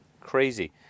Crazy